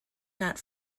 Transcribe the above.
not